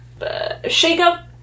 shakeup